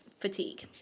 fatigue